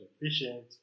efficient